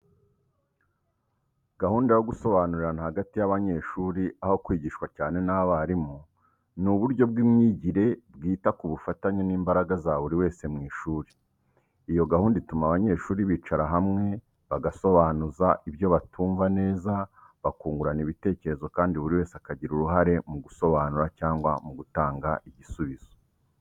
Gahunda yo gusobanurirana hagati y’abanyeshuri aho kwigishwa cyane n’abarimu ni uburyo bw’imyigire bwita ku bufatanye n’imbaraga za buri wese mu ishuri. Iyo gahunda ituma abanyeshuri bicara hamwe, bagasobanuza ibyo batumva neza, bakungurana ibitekerezo kandi buri wese akagira uruhare mu gusobanura cyangwa mu gutanga igisubizo.